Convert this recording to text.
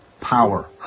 power